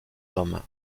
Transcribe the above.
hommes